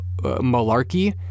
malarkey